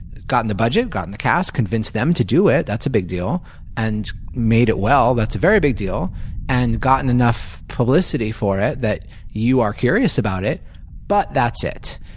gotten the budget, gotten the cast, convinced them to do it that's a big deal and made it well that's a very big deal and gotten enough publicity for it that you are curious about it but that's it.